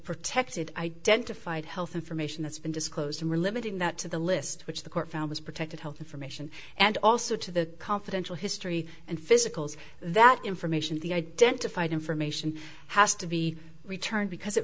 protected identified health information that's been disclosed are limited not to the list which the court found was protected health information and also to the confidential history and physicals that information the identified information has to be returned because it